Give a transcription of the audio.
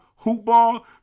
HOOPBALL